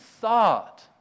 thought